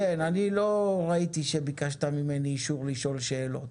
כן, אני לא ראיתי שביקשת ממני אישור לשאול שאלות.